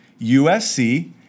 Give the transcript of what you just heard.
USC